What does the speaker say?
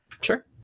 Sure